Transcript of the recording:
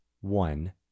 One